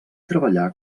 treballà